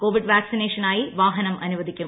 Covid വാക്സിനേഷനായി വാഹനം അനുവദിക്കും